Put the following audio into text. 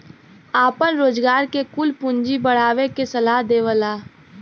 आपन रोजगार के कुल पूँजी बढ़ावे के सलाह देवला